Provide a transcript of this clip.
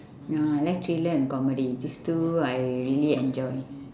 ah I like thriller and comedy these two I really enjoy